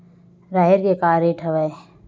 राहेर के का रेट हवय?